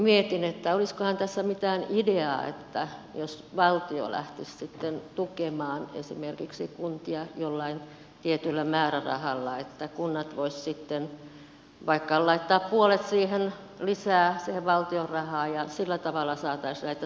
mietin että olisikohan tässä mitään ideaa että valtio lähtisi sitten tukemaan esimerkiksi kuntia jollain tietyllä määrärahalla että kunnat voisivat sitten vaikka laittaa puolet lisää siihen valtion rahaan ja sillä tavalla saataisiin näitä nuoria työelämään mukaan